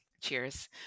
cheers